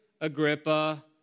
Agrippa